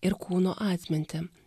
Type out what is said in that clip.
ir kūno atmintį